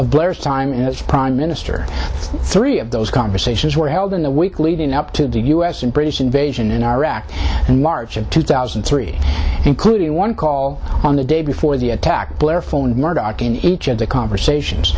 of blair's time as prime minister three of those conversations were held in the week leading up to the u s and british invasion in iraq and march of two thousand and three including one call on the day before the attack blair phoned murdoch in each of the conversations